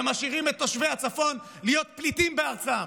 ומשאירים את תושבי הצפון להיות פליטים בארצם.